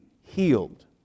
healed